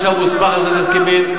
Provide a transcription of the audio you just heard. ראש הממשלה מוסמך לעשות הסכמים,